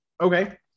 okay